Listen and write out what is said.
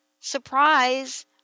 surprise